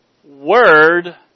Word